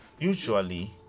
Usually